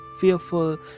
fearful